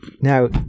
now